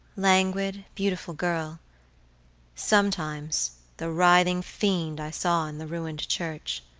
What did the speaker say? languid, beautiful girl sometimes the writhing fiend i saw in the ruined church